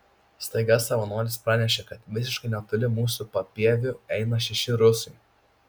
staiga savanoris pranešė kad visiškai netoli mūsų papieviu eina šeši rusai